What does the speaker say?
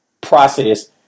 process